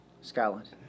Scotland